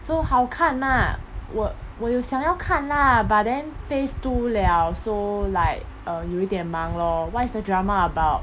so 好看吗我我有想要看 lah but then phase two liao so like uh 有一点忙 lor what is the drama about